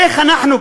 איך אנחנו,